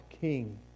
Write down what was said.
king